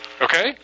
Okay